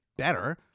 better